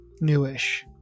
newish